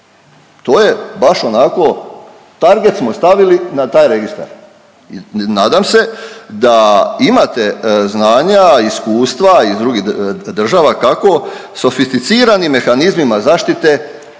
To je baš onako, target smo stavili na taj registar. Nadam se da imate znanja, iskustva iz drugih država kako sofisticiranim mehanizmima zaštite i